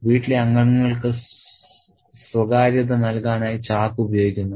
' വീട്ടിലെ അംഗങ്ങൾക്ക് സ്വകാര്യത നൽകാനായി ചാക്ക് ഉപയോഗിക്കുന്നു